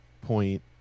point